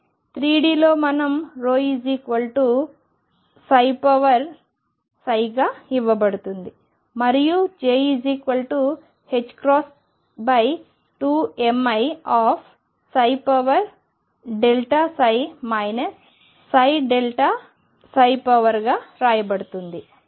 3Dలో మనం ρ ψ గా ఇవ్వబడుతుంది మరియు j 2miψ ψ గా రాయబడుతుంది